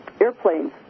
airplanes